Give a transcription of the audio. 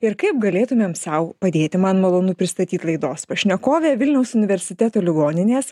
ir kaip galėtumėm sau padėti man malonu pristatyt laidos pašnekovė vilniaus universiteto ligoninės